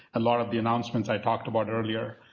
a lot of the announcements i talked about earlier.